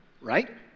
right